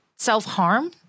Self-harm